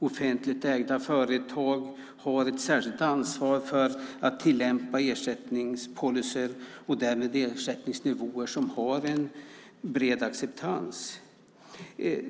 Offentligt ägda företag har ett särskilt ansvar för att tillämpa ersättningspolicyer och därmed ersättningsnivåer som har en bred acceptans.